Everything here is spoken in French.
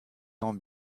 temps